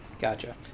Gotcha